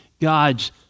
God's